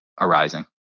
arising